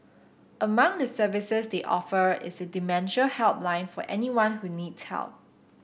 among the services they offer is a dementia helpline for anyone who needs help